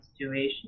situation